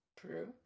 true